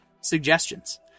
suggestions